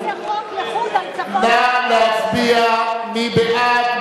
אתה עושה חוק, נא להצביע, מי בעד?